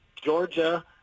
Georgia